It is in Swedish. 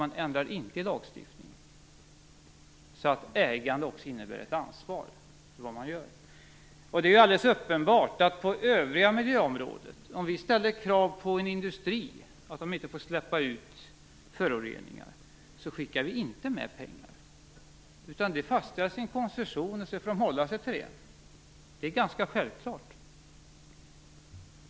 Man ändrar inte i lagstiftningen så att ägande också innebär ett ansvar för vad som görs. Detta är uppenbart på övriga miljöområden. Om vi ställer krav på att en industri inte får släppa ut föroreningar skickar vi inte med pengar. Det fastställs i en koncession, och sedan får företaget hålla sig till det. Det är ganska självklart.